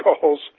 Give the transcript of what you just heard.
calls